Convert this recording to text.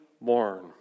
born